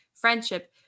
friendship